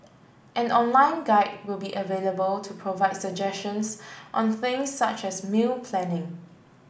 an online guide will be available to provide suggestions on things such as meal planning